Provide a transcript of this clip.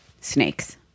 snakes